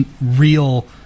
real